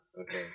Okay